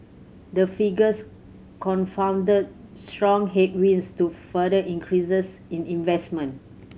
the figures confounded strong headwinds to further increases in investment